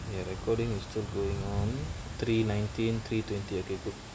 the recording is going on three nineteen three twenty okay good